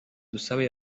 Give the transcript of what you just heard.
dusabe